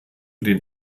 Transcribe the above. den